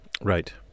Right